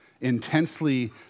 intensely